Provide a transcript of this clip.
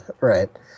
Right